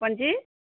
कोन चीज